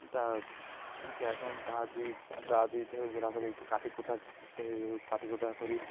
ହେନ୍ତା ଯାଇସନ୍ ଦାଆଦୁଇ ଦାଆଦୁଇ ଧରିଧୁରା କରି କାଟିକୁଟା ଧରି କାଟିକୁଟା କରି